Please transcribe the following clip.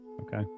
Okay